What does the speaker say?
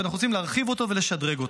אבל אנחנו רוצים להרחיב אותו ולשדרג אותו.